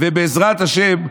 ובעזרת השם,